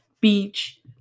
beach